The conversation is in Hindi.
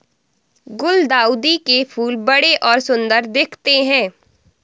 गुलदाउदी के फूल बड़े और सुंदर दिखते है